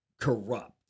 corrupt